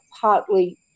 partly